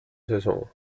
saison